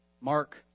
Mark